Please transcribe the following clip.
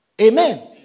Amen